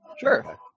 Sure